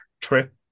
trip